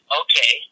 okay